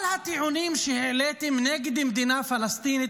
כל הטיעונים שהעליתם נגד מדינה פלסטינית